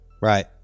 right